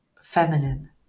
feminine